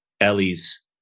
Ellie's